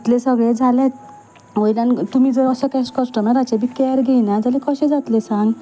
इतलें सगलें जालेंत वयल्यान तुमी जर अशें कस्टमराचें बी कॅअर घेयना जाल्यार कशें जातलें सांग